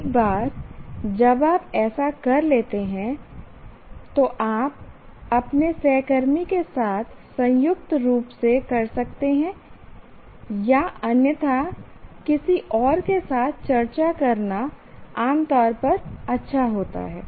एक बार जब आप ऐसा कर लेते हैं तो आप अपने सहकर्मी के साथ संयुक्त रूप से कर सकते हैं या अन्यथा किसी और के साथ चर्चा करना आम तौर पर अच्छा होता है